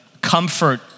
Comfort